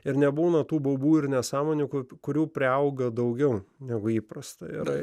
ir nebūna tų baubų ir nesąmonių grupių kurių priauga daugiau negu įprasta yra